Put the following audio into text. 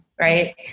right